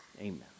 Amen